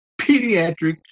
pediatric